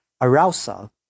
arousal